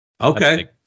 Okay